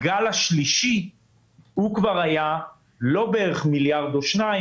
הגל השלישי כבר היה לא בערך מיליארד או שניים.